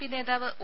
P നേതാവ് O